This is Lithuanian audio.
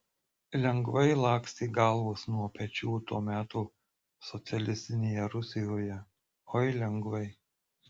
lengvai lakstė galvos nuo pečių to meto socialistinėje rusijoje oi lengvai